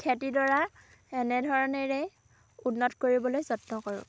খেতিডৰা এনেধৰণেৰে উন্নত কৰিবলৈ যত্ন কৰোঁ